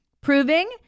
proving